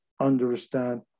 understand